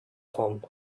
from